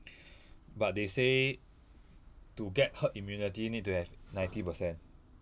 but they say to get herd immunity need to have ninety percent